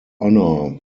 honour